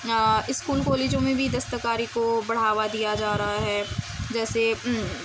school کالجوں میں بھی دستکاری کو بڑھاوا دیا جا رہا ہے جیسے